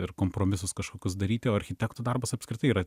ir kompromisus kažkokius daryti o architektų darbas apskritai yra